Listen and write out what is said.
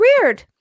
weird